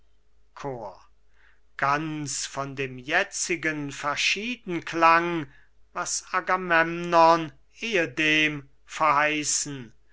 ganz von dem jetzigen verschieden klang was agamemnon ehedem verheißen